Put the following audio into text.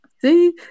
See